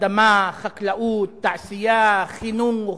בשאר הדברים, אדמה, חקלאות, תעשייה, חינוך,